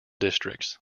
districts